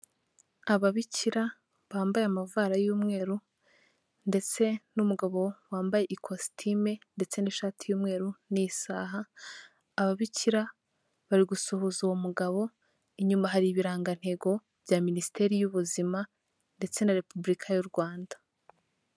Ababikira bambaye amavara y'umweru ndetse n'umugabo wambaye ikositime ndetse n'ishati y'umweru n'isaha, ababikira bari gusuhuza uwo mugabo, inyuma hari ibirangantego bya Minisiteri y'Ubuzima ndetse na Repubulika y'u Rwanda.